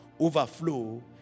overflow